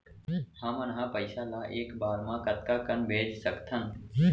हमन ह पइसा ला एक बार मा कतका कन भेज सकथन?